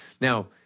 Now